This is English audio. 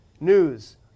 News